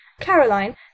Caroline